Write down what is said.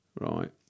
right